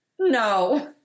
No